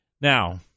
Now